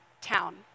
town